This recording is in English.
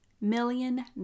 million